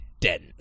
dense